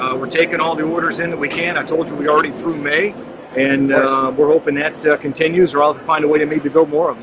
ah we're taking all the orders in that we can. i told you we already through may and we're hoping that continues or i'll find a way to make us build more.